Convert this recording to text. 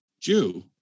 Jew